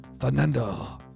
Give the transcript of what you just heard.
Fernando